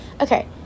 okay